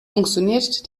funktioniert